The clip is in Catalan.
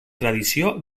tradició